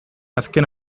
azken